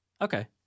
Okay